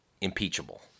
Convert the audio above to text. impeachable